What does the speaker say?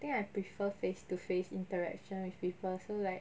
I think I prefer face to face interaction with people so like